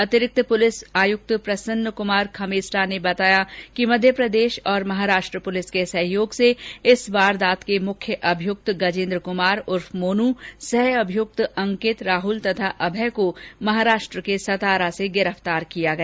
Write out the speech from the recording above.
अतिरिक्त पुलिस आयुक्त प्रसन्न कुमार खमेसरा ने बताया कि मध्यप्रदेश और महाराष्ट्र पुलिस के सहयोग से इस वारदात के मुख्य अभियुक्त गजेन्द्र कमार उर्फ मोनू सह अभियुक्त अंकित राहुल तथा अभय को महाराष्ट्र के सतारा से गिरफ़तार किया गया